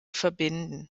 verbinden